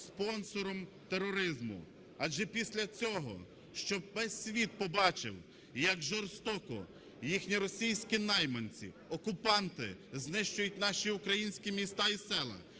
спонсором тероризму. Адже після цього, щоб весь світ побачив, як жорстоко їхні російські найманці, окупанти, знищують наші українські міста і села,